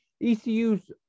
ECU's